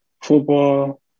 football